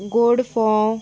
गोड फोव